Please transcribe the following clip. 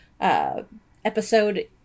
episode